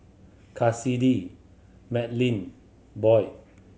Cassidy Madlyn Boyd